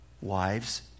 Wives